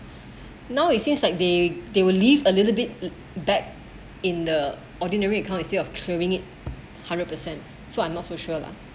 now it seems like they they will live a little bit back in the ordinary account instead of clearing it hundred percent so I'm not so sure lah